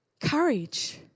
Courage